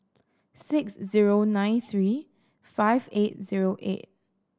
six zero nine three five eight zero eight